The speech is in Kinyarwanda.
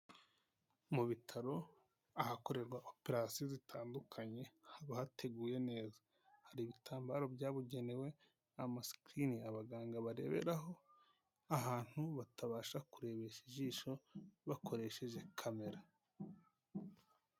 Mu bitaro ahakorerwa operasiyo zitandukanye haba hateguye neza, hari ibitambaro byabugenewe, amasikirini abaganga bareberaho ahantu batabasha kurebesha ijisho, bakoresheje kamera.